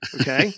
Okay